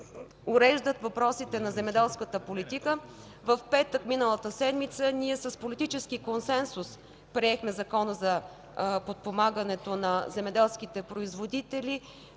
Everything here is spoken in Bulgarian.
уреждат въпросите на земеделската политика. В петък миналата седмица с политически консенсус приехме Закона за подпомагането на земеделските производители,